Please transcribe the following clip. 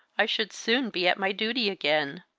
i should soon be at my duty again.